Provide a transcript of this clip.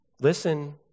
Listen